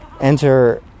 Enter